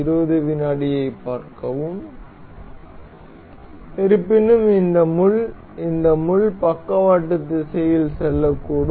இருப்பினும் இந்த முள் இந்த முள் பக்கவாட்டு திசையில் செல்லக்கூடும்